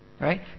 Right